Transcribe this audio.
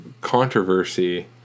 controversy